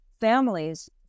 families